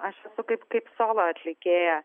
aš esu kaip kaip solo atlikėja